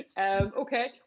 Okay